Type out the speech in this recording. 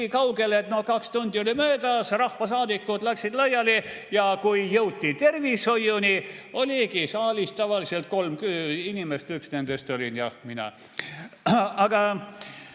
kaugele, et kaks tundi oli möödas, rahvasaadikud läksid laiali, ja kui jõuti tervishoiuni, oligi saalis tavaliselt kolm inimest. Üks nendest olin jah mina. Aga